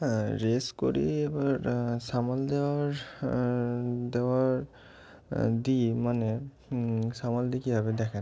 হ্যাঁ রেস করি এবার সামাল দেওয়ার দেওয়ার দিই মানে সামাল দিয়ে কীভাবে দেখেন